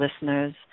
Listeners